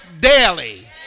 daily